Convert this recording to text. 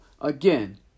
again